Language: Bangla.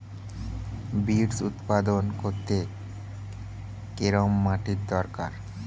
বিটস্ উৎপাদন করতে কেরম মাটির দরকার হয়?